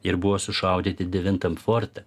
ir buvo sušaudyti devintam forte